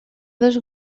dos